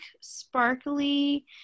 sparkly